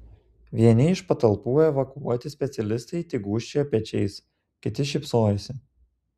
vieni iš patalpų evakuoti specialistai tik gūžčiojo pečiais kiti šypsojosi